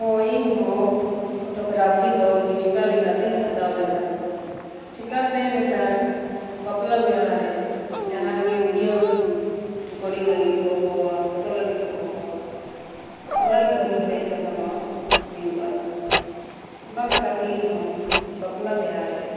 ᱦᱳᱭ ᱤᱧᱦᱚᱸ ᱯᱷᱚᱴᱳᱜᱨᱟᱯᱷᱤ ᱫᱚ ᱡᱤᱵᱤᱠᱟ ᱞᱮᱠᱟᱛᱮᱧ ᱦᱟᱛᱟᱣ ᱞᱮᱫᱟ ᱪᱤᱠᱟᱹᱛᱮ ᱱᱮᱛᱟᱨ ᱵᱟᱯᱞᱟ ᱵᱤᱦᱟᱹᱨᱮ ᱡᱟᱦᱟᱸ ᱨᱮᱜᱮ ᱵᱷᱤᱰᱤᱭᱳ ᱨᱮᱠᱚᱨᱰᱤᱝ ᱞᱟᱹᱜᱤᱫ ᱠᱚ ᱦᱚᱦᱚᱣᱟ ᱯᱷᱚᱴᱳ ᱞᱟᱹᱜᱤᱫ ᱠᱚ ᱦᱚᱦᱚᱣᱟ ᱚᱱᱟᱨᱮ ᱵᱷᱟᱜᱮ ᱯᱚᱭᱥᱟ ᱠᱟᱢᱟᱣ ᱦᱩᱭᱩᱜᱼᱟ ᱚᱱᱟ ᱞᱮᱠᱟᱛᱮ ᱤᱧᱦᱚᱸ ᱵᱟᱯᱞᱟ ᱵᱤᱦᱟᱹᱨᱮ